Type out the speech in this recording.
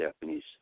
Japanese